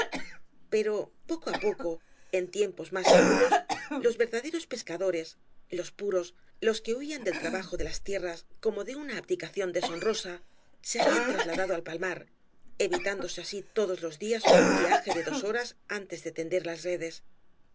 pero poco á poco en tiempos más seguros los verdaderos pescadores los puros los que huían del trabajo de las tierras como de una abdicación deshonrosa se habían trasladado al palmar evitándose aeí todos los días un viaje de dos horas antes de tender las redes